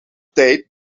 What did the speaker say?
tijd